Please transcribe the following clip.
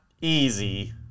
easy